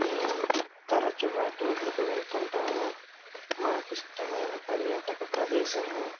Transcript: మేము తరచుగా టూర్లకు వెళుతూ ఉంటాము మాకు ఇష్టమైన పర్యాటక ప్రదేశము